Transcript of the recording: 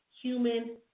human